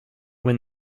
when